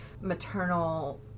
maternal